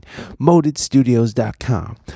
Modedstudios.com